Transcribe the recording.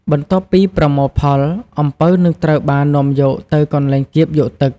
បន្ទាប់ពីប្រមូលផល អំពៅនឹងត្រូវបាននាំយកទៅកន្លែងកៀបយកទឹក។